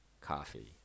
Coffee